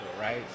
right